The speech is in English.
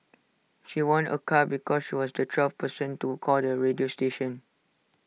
she won A car because she was the twelfth person to call the radio station